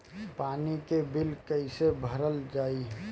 पानी के बिल कैसे भरल जाइ?